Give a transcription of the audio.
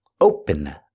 open